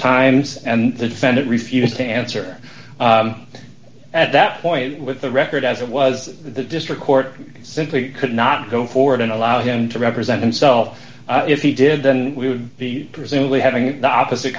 times and the defendant refused to answer at that point with the record as it was the district court simply could not go forward and allow him to represent himself if he did then we would be presumably having the opposite